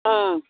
ओम